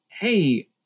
hey